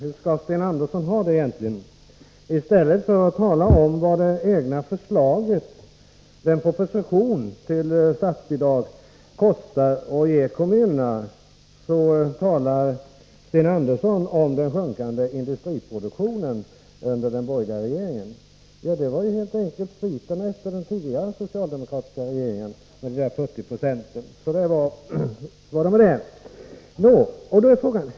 Fru talman! Hur skall Sten Andersson ha det egentligen? I stället för att tala om vad det egna förslaget till statsbidrag kostar och ger kommunerna, talar Sten Andersson om den sjunkande industriproduktionen under den borgerliga regeringsperioden. Men detta var ju helt enkelt en av sviterna efter den tidigare socialdemokratiska regeringen. Så var det med de 40 procenten.